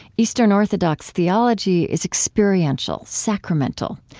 eastern orthodox theology is experiential, sacramental.